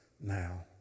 now